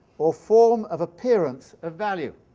or form of appearance, of value.